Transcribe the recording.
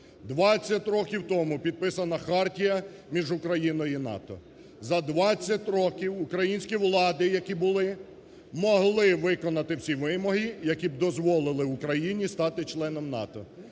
20 років тому підписана хартія між Україною і НАТО. За 20 років українські влади, які були, могли виконати всі вимоги, які б дозволити Україні стати членом НАТО.